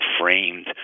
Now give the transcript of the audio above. framed